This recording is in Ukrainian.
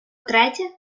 третє